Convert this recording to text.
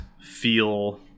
feel